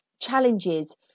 challenges